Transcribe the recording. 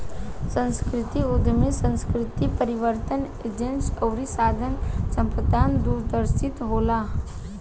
सांस्कृतिक उद्यमी सांस्कृतिक परिवर्तन एजेंट अउरी साधन संपन्न दूरदर्शी होला